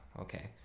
okay